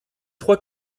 trois